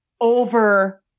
over